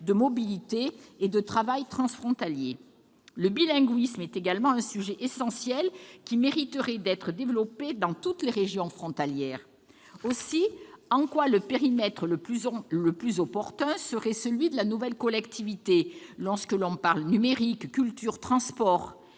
la mobilité et au travail transfrontaliers. Le bilinguisme est également un sujet essentiel qui mériterait d'être développé dans toutes les régions frontalières. Et en quoi le périmètre le plus opportun serait-il celui de la nouvelle collectivité lorsque l'on parle numérique, culture ou transports ?